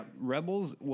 Rebels